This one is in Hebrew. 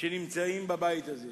שנמצאים בבית הזה?